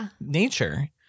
nature